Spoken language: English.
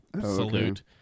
salute